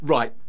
Right